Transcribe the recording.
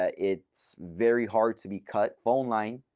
ah it's very hard to be cut phone line.